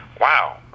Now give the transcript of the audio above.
wow